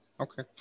Okay